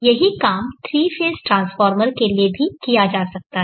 यही काम 3 phase transformer के लिए भी किया जा सकता है